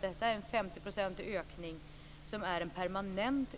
Detta är en ökning på 50 % som är permanent.